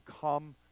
come